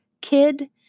kid